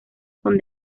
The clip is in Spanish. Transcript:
con